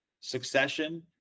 Succession